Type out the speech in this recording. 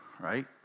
right